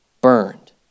burned